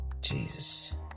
Jesus